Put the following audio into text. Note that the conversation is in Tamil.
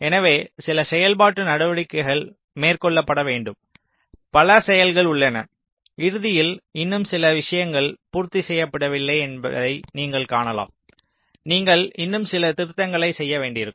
எனவே சில செயல்பாட்டு நடவடிக்கைகள் மேற்கொள்ளப்பட வேண்டும் பல செயல்கள் உள்ளன இறுதியில் இன்னும் சில விஷயங்கள் பூர்த்தி செய்யப்படவில்லை என்பதை நீங்கள் காணலாம் நீங்கள் இன்னும் சில திருத்தங்களைச் செய்ய வேண்டியிருக்கும்